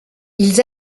ils